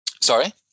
Sorry